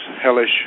hellish